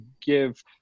give